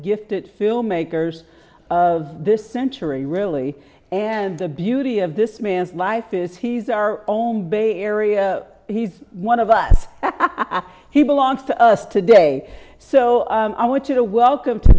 gifted filmmakers of this century really and the beauty of this man's life is he's our own bay area he's one of us he belongs to us today so i want you to welcome to